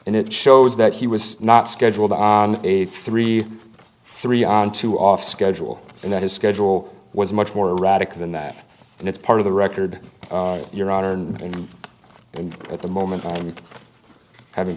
and it shows that he was not scheduled on a three three on two off schedule and that his schedule was much more radical than that and it's part of the record your honor and and at the moment i'm having